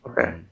Okay